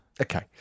Okay